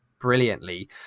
brilliantly